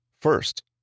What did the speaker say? First